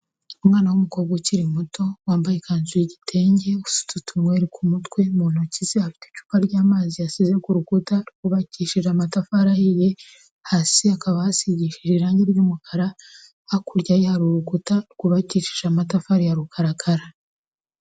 Umwana w'umukobwa ukiri muto, wambaye ikanzu y'igitenge, usutse utunweri ku mutwe, mu ntoki ze hafite icupa ry'amazi yasize ku rukuta, rwubakishije amatafari ahiye, hasi hakaba hasigishije irangi ry'umukara, hakurya ye hari urukuta rwubakishije amatafari ya rukarakara.